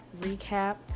recap